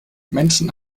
menschen